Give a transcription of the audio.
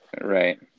Right